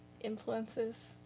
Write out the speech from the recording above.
influences